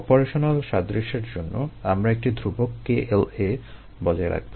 operational সাদৃশ্যের জন্য আমরা একটি ধ্রুবক K L a বজায় রাখবো